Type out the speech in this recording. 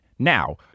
Now